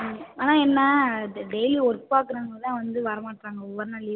ம் ஆனால் என்ன டெ டெய்லி ஒர்க் பார்க்குறவங்க தான் வந்து வரமாட்டுறாங்க ஒவ்வொரு நாள் லீவ் போட்டுறாங்க